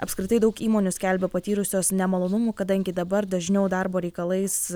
apskritai daug įmonių skelbia patyrusios nemalonumų kadangi dabar dažniau darbo reikalais